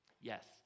Yes